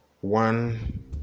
one